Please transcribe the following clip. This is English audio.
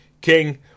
King